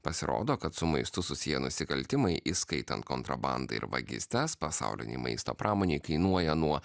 pasirodo kad su maistu susiję nusikaltimai įskaitant kontrabandą ir vagystes pasaulinei maisto pramonei kainuoja nuo